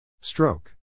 Stroke